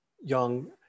Young